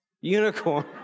Unicorn